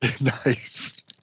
Nice